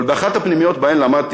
אבל באחת הפנימיות שבהן למדתי,